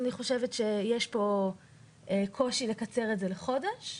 אני חושבת שיש כאן קושי לקצר את זה לחודש.